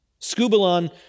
Scubalon